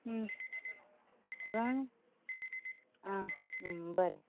पूरो आं बरें